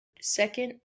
second